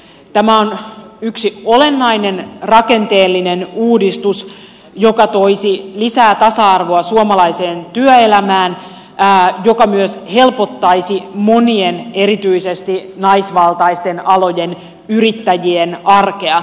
tämä on yksi olennainen rakenteellinen uudistus joka toisi lisää tasa arvoa suomalaiseen työelämään joka myös helpottaisi monien erityisesti naisvaltaisten alojen yrittäjien arkea